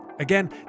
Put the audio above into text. Again